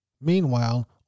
Meanwhile